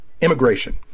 immigration